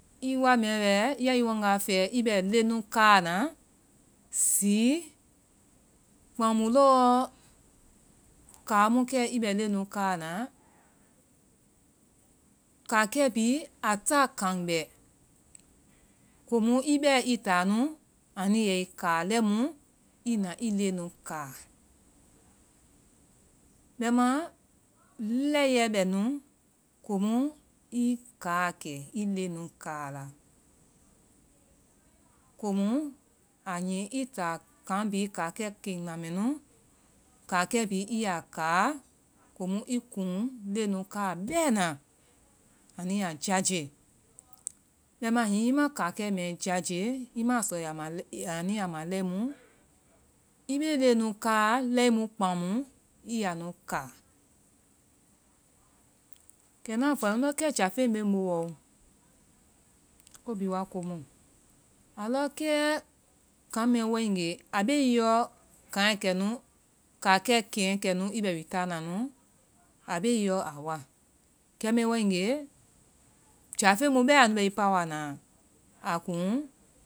Ii wa mɛ wɛ, ya ii waŋga fɛ ii bɛ leŋnu kaa na. Zii kpaŋmu lɔ kaŋ mu kɛ ii bɛ leŋnu kaa na. Kaakɛ bi, a ta kaŋ bɛ. Komu ii bɛ ii taa nu. Anu yɛi kaa lɛimu, ii na ii leŋnu kaa. Bɛma lɛi yɛ bɛ nu komu ii kaakɛ, ii leŋnu kaa la. Komu a nyii ii ta kaŋ bi, kaakɛ keŋna mɛnu. Kaakɛ bi ii ya kaa, komu ii kuŋ leŋnu kaa bɛna. Anu ya jaje. Bɛma hiŋi ii ma kaakɛ mɛ jaje, ii ma sɔ a ya ma-anu ya ma lɛimu, ii be leŋnu kaa lɛimu kpaŋmu ii ya nu kaa. Kɛ na fɔ ndɔ kɛ, jaafeŋ be ŋ bowɔ o. Ko bi wa komu. Alɔ kɛ, kaŋ mɛ wae nge, a be ii yɔ kaŋɛ kɛ nu-kaakɛ keŋ kɛ nu ii bɛ wi taana nu. Aa be ii yɔ aa wa. Kɛmɛ wae nge, jaafeŋ mu bɛ anu bɛ ii pawa na, a kuŋ